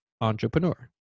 entrepreneur